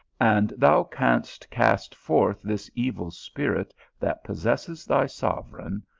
and thou canst cast forth this evil spirit that possesses thy sovereign,